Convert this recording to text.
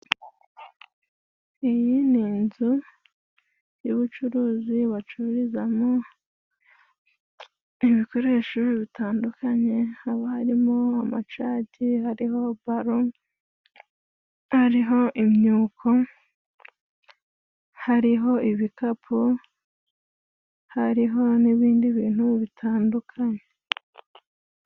Iyi ni inzu y'ubucuruzi bacururizamo ibikoresho bitandukanye, haba harimo amacagi, hariho balo, hariho imyuko, hariho ibikapu, hariho n'ibindi bintu bitandukanye.